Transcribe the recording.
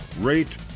rate